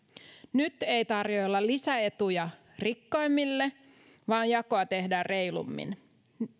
nyt ei tarjoilla lisäetuja rikkaimmille vaan jakoa tehdään reilummin